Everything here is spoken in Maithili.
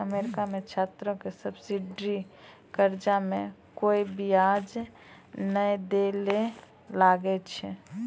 अमेरिका मे छात्रो के सब्सिडी कर्जा मे कोय बियाज नै दै ले लागै छै